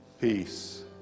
peace